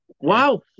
wow